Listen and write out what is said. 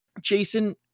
Jason